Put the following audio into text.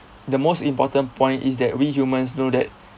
the most important point is that we humans know that